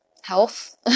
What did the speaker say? health